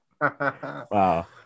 Wow